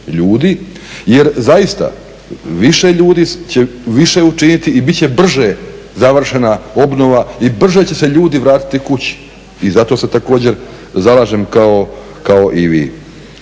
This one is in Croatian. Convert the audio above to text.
Jer zaista, više ljudi će više učiniti i bit će brže završena obnova, i brže će se ljudi vratiti kući i zato se također zalažem kao i vi.